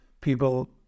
people